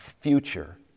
future